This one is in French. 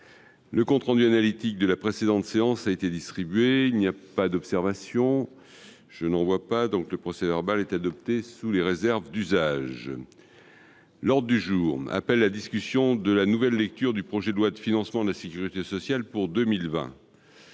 Le compte rendu analytique de la précédente séance a été distribué. Il n'y a pas d'observation ?... Le procès-verbal est adopté sous les réserves d'usage. L'ordre du jour appelle la discussion en nouvelle lecture du projet de loi de financement de la sécurité sociale pour 2020,